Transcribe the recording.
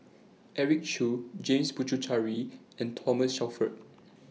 Eric Khoo James Puthucheary and Thomas Shelford